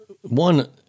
One